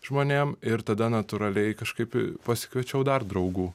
žmonėm ir tada natūraliai kažkaip pasikviečiau dar draugų